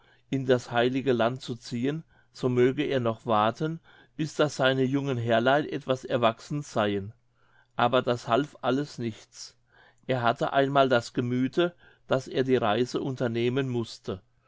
in das heilige land zu ziehen so möge er noch warten bis daß seine jungen herrlein etwas erwachsen seien aber das half alles nichts er hatte einmal das gemüthe daß er die reise unternehmen mußte